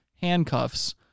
Handcuffs